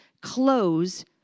close